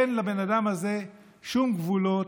אין לבן אדם הזה שום גבולות,